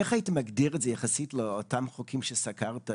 איך היית מגדיר את זה יחסית לאותם חוקים שסקרת,